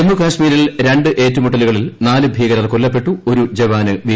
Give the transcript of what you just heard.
ജമ്മുകാശ്മീരിൽ രണ്ട് ഏറ്റുമുട്ടലുകളിൽ നാല് ഭീകരർ കൊല്ലപ്പെട്ടു ഒരുംജപ്പാന് വീരമൃത്യു